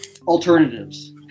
alternatives